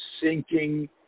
sinking